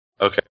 Okay